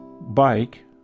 bike